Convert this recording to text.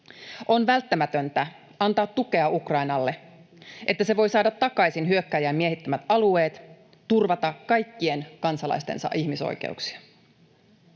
On välttämätöntä antaa tukea Ukrainalle, että se voi saada takaisin hyökkääjän miehittämät alueet, turvata kaikkien kansalaistensa ihmisoikeuksia.